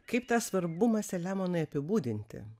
kaip tą svarbumą selemonai apibūdinti